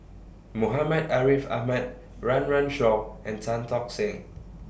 Muhammad Ariff Ahmad Run Run Shaw and Tan Tock Seng